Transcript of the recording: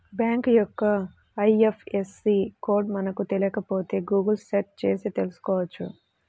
bank యొక్క IFSC code మనకు తెలియకపోతే గుగుల్ సెర్చ్ చేసి తెల్సుకోవచ్చు